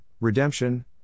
redemption